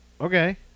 okay